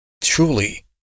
Truly